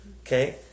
Okay